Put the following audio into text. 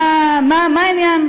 מה העניין,